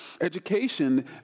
education